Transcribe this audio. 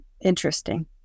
interesting